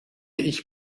ich